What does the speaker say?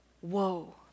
Whoa